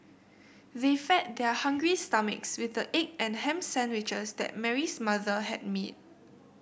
they fed their hungry stomachs with the egg and ham sandwiches that Mary's mother had made